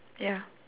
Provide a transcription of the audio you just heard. ya